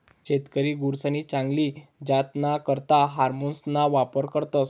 शेतकरी गुरसनी चांगली जातना करता हार्मोन्सना वापर करतस